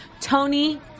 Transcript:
Tony